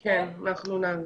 כן, אנחנו נעביר.